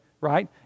right